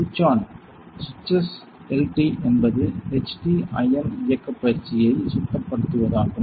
சுவிட்ச் ஆன் சுவிட்ச்எஸ் எல்டி என்பது எச்டி அயர்ன் இயக்கப் பயிற்சியை சுத்தப்படுத்துவதாகும்